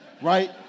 right